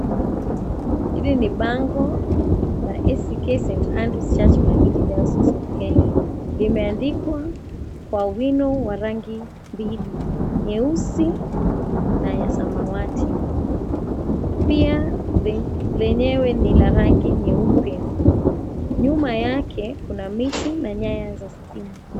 Hili ni bango la ACK St. Andrews Church Malindi Diocese of Kenya, limeandikwa kwa wino wa rangi mbili, nyeusi na ya samawati. Pia lenyewe ni la rangi nyeupe, nyuma yake kuna miti na nyaya za stima.